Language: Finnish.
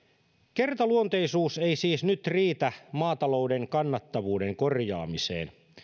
kertaluonteisuus ei siis nyt riitä maatalouden kannattavuuden korjaamiseen